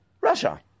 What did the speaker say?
Russia